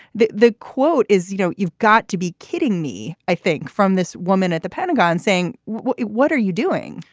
the the quote is, you know, you've got to be kidding me. i think from this woman at the pentagon saying, what what are you doing?